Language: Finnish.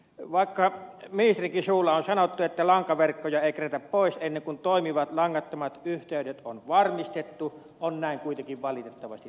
vaikka ministerinkin suulla on sanottu että lankaverkkoja ei kerätä pois ennen kuin toimivat langattomat yhteydet on varmistettu on näin kuitenkin valitettavasti tapahtunut